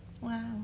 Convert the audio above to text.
Wow